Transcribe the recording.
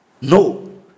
No